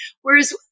whereas